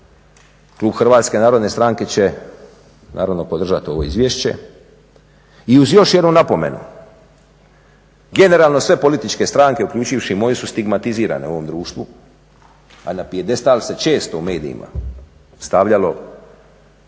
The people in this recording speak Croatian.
Klub HNS-a će naravno podržati ovo izvješće. I uz još jednu napomenu generalno sve političke stranke uključujući i moju su stigmatizirane u ovom društvu, a na pijedestal se često u medijima stavljalo